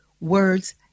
words